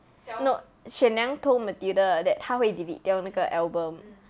no shen yang told matilda that 他会 delete 掉那个 album